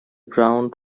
ground